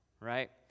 right